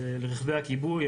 לרכבי הכיבוי,